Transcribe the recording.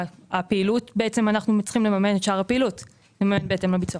אנחנו צריכים לממן את שאר הפעילות בהתאם לביצוע.